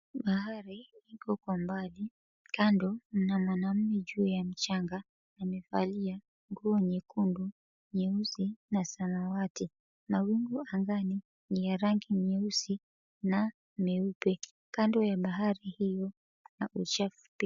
Bahari iko kwa mbali. Kando mna mwanaume juu ya mchanga. Amevalia nguo nyekundu, nyeusi, na samawati na wingu angani ni ya rangi nyeusi na meupe. Kando ya bahari hiyo kuna uchafu pia.